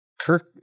kirk